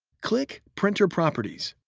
click printer properties.